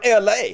la